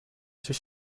does